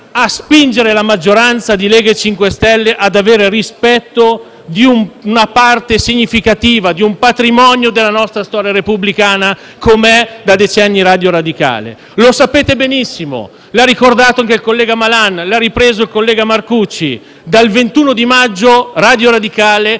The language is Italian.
a spingere la maggioranza di Lega e MoVimento 5 Stelle a avere rispetto per una parte significativa del nostro patrimonio culturale e della nostra storia repubblicana, com'è da decenni Radio Radicale. Lo sapete benissimo, è stato ricordato dal collega Malan e ripreso dal collega Marcucci: dal 21 maggio Radio Radicale